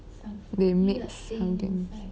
they mix something